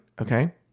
Okay